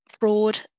fraud